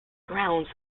grounds